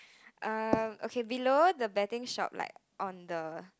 um okay below the betting shop like on the